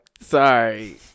Sorry